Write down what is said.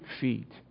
feet